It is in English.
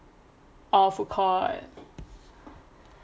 oh food court